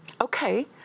okay